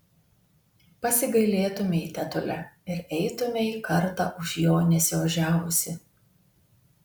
pasigailėtumei tetule ir eitumei kartą už jo nesiožiavusi